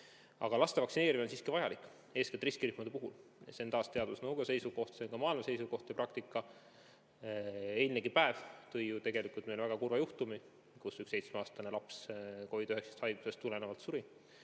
Aga laste vaktsineerimine on siiski vajalik, eeskätt riskirühmade puhul. See on taas teadusnõukoja seisukoht, see on ka maailma seisukoht ja praktika. Eilne päevgi tõi ju tegelikult meile väga kurva juhtumi – üks seitsmeaastane laps suri COVID‑19 haiguse tõttu.